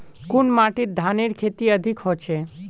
कुन माटित धानेर खेती अधिक होचे?